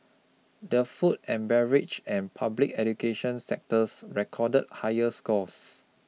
the food and beverage and public education sectors recorded higher scores